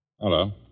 Hello